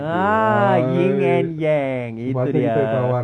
ah yin and yang itu dia